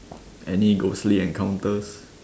any ghostly encounters